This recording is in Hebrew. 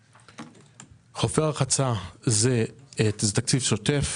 חופי הרחצה זה תקציב שוטף